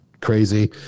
crazy